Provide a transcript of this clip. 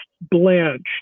blanched